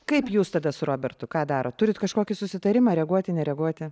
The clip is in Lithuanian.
kaip jūs tada su robertu ką darot turit kažkokį susitarimą reaguoti nereaguoti